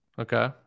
okay